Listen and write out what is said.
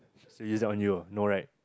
still use that on you no right